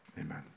Amen